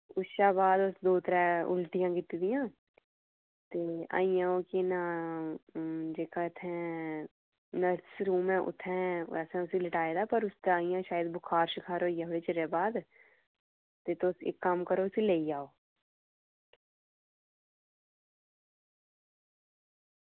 उस शा बाद उस दौ त्रै उल्टियां कीती दियां ते अजें ओह् केह् नांऽ जेह्का इत्थें नर्स रूम ऐ उत्थै असें उसी लेटाए दा पर उसदा इ'यां शायद बुखार शुखार बुखार होई गेआ थोह्ड़े चिरें बाद ते तुस इक्क करो इसी लेई जाओ